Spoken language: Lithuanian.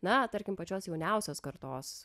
na tarkim pačios jauniausios kartos